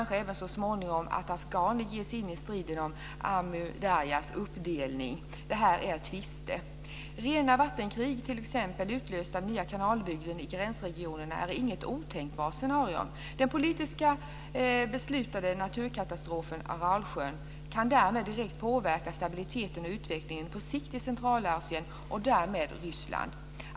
Så småningom ger sig kanske afghaner in i striden om Amu-Darjas uppdelning. Här tvistar man. Rena vattenkrig, t.ex. utlösta av nya kanalbyggen i gränsregionerna är inget otänkbart scenario. Den politiskt beslutade naturkatastrofen Aralsjön kan därmed direkt påverka stabiliteten och utvecklingen på sikt i Centralasien och därmed Ryssland.